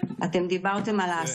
איננה,